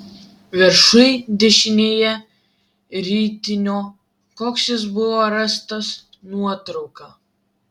viršuj dešinėje ritinio koks jis buvo rastas nuotrauka